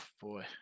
boy